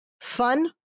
fun